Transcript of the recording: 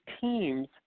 teams